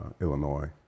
Illinois